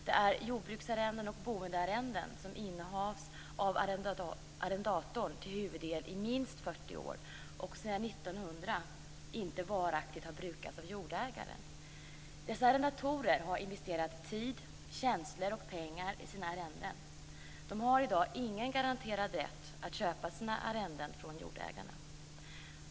Det är jordbruksarrenden och boendearrenden som innehafts av arrendatorn till huvuddel i minst 40 år och sedan 1900 inte varaktigt har brukats av jordägaren. Dessa arrendatorer har investerat tid, känslor och pengar i sina arrenden. De har i dag ingen garanterad rätt att köpa sina arrenden från jordägarna.